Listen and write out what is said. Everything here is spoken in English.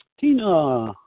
Tina